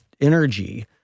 energy